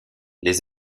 les